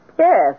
Yes